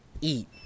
Eat